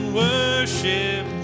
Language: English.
worship